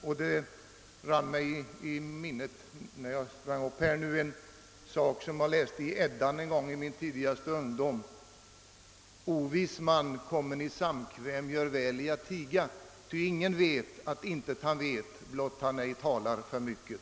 När jag gick upp i talarstolen rann mig i minnet en strof som jag i min tidigaste ungdom läste i Eddan: gör bäst i att tiga; att intet han vet, blott han ej talar för mycket.»